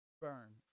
burn